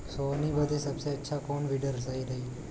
सोहनी बदे सबसे अच्छा कौन वीडर सही रही?